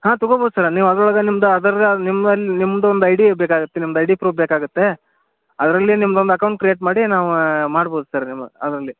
ಹಾಂ ತಗೋಬೋದು ಸರ್ ನೀವು ಅದ್ರೊಳಗೆ ನಿಮ್ದು ಅದರದ್ದೆ ಆದ ನಿಮ್ಮಲ್ಲಿ ನಿಮ್ದೊಂದು ಐ ಡಿ ಬೇಕಾಗುತ್ತೆ ನಿಮ್ದು ಐ ಡಿ ಪ್ರೂಫ್ ಬೇಕಾಗುತ್ತೆ ಅದರಲ್ಲಿ ನಿಮ್ದೊಂದು ಅಕೌಂಟ್ ಕ್ರಿಯೇಟ್ ಮಾಡಿ ನಾವು ಮಾಡ್ಬೋದು ಸರ್ ನೀವು ಅದರಲ್ಲಿ